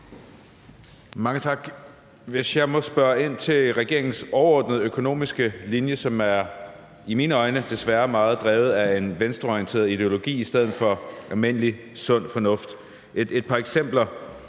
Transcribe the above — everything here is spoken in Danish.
Mange tak. Jeg vil gerne spørge ind til regeringens økonomiske linje, som i mine øjne desværre er meget drevet af en venstreorienteret ideologi i stedet for almindelig sund fornuft. Jeg vil give et